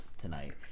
tonight